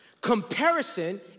Comparison